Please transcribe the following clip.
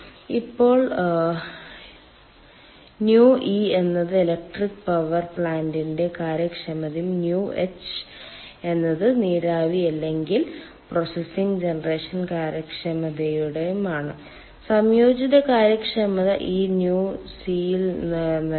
ഇപ്പോൾ ƞe എന്നത് electric power പ്ലാന്റിന്റെ കാര്യക്ഷമതയും ƞh എന്നത് നീരാവി അല്ലെങ്കിൽ പ്രോസസ്സിംഗ് ജനറേഷൻ കാര്യക്ഷമതയും ആണ് സംയോജിത കാര്യക്ഷമത ഈ ƞc നൽകുന്നു